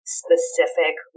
specific